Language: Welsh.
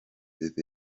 fydd